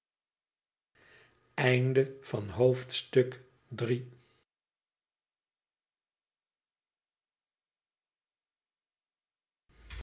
hoofdstuk van het